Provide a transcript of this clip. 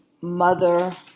mother